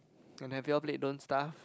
and have you all played don't starve